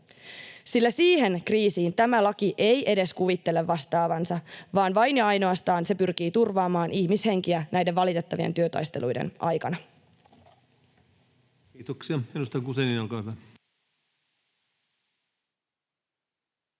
sillä siihen kriisiin tämä laki ei edes kuvittele vastaavansa, vaan vain ja ainoastaan se pyrkii turvaamaan ihmishenkiä näiden valitettavien työtaisteluiden aikana.